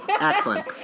Excellent